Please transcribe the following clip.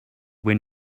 when